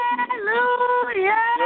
Hallelujah